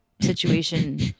situation